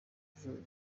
atujuje